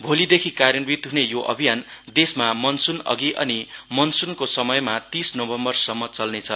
भोलीदेखि कार्यान्वित हुने यो अभियान देशमा मनसुन अघि अनि मनसुनको समयमा तीस नोभम्बरसम्म चल्नेछ